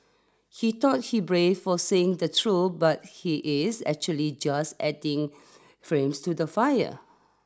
he thought he brave for saying the true but he is actually just adding flames to the fire